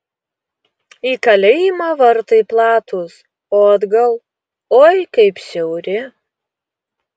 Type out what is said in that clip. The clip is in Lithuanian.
į kalėjimą vartai platūs o atgal oi kaip siauri